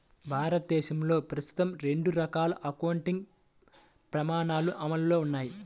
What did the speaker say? భారతదేశంలో ప్రస్తుతం రెండు రకాల అకౌంటింగ్ ప్రమాణాలు అమల్లో ఉన్నాయి